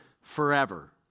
forever